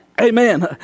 Amen